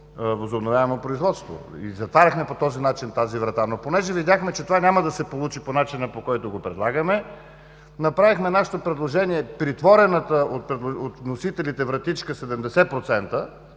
възобновяемо производство. Затваряхме по този начин тази врата. Но понеже видяхме, че това няма да се получи по начина, по който предлагаме, направихме нашето предложение при отворената от вносителите вратичка 70%,